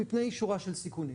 מפני שורה של סיכונים.